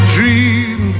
Dream